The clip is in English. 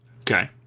Okay